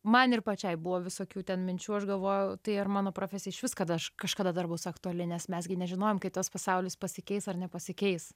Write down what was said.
man ir pačiai buvo visokių ten minčių aš galvoju tai ar mano profesija išvis kad aš kažkada dar bus aktuali nes mes gi nežinojom kaip tas pasaulis pasikeis ar nepasikeis